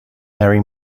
mary